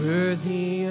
Worthy